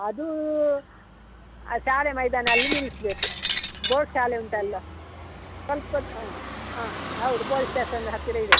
ಅದೂ ಆ ಶಾಲೆ ಮೈದಾನಲ್ಲಿ ನಿಲ್ಲಿಸ್ಬೇಕು ಬೋರ್ಡ್ ಶಾಲೆ ಉಂಟಲ್ಲ ಸ್ವಲ್ಪ ಹಾಂ ಹಾಂ ಹೌದು ಪೊಲೀಸ್ ಸ್ಟೇಷನ್ದ ಹತ್ತಿರ ಇದೆ